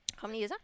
how many year ah